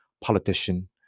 politician